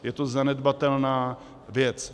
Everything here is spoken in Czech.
Je to zanedbatelná věc.